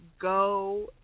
go